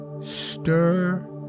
Stir